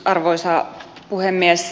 arvoisa puhemies